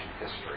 history